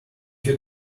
you